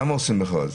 למה עושים מכרז?